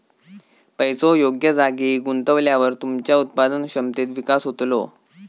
पैसो योग्य जागी गुंतवल्यावर तुमच्या उत्पादन क्षमतेत विकास होतलो